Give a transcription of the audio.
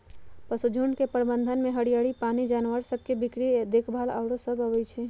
पशुझुण्ड के प्रबंधन में हरियरी, पानी, जानवर सभ के बीक्री देखभाल आउरो सभ अबइ छै